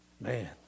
Man